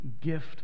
gift